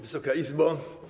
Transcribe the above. Wysoka Izbo!